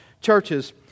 churches